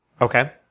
Okay